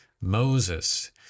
Moses